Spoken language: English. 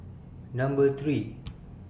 Number three